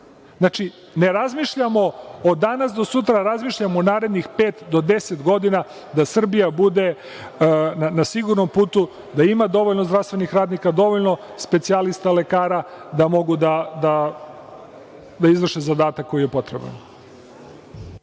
Znači, ne razmišljamo od danas do sutra, razmišljamo u narednih pet do 10 godina da Srbija bude na sigurnom putu, da ima dovoljno zdravstvenih radnika, dovoljno specijalista lekara, da mogu da izvrše zadatak koji je potreban.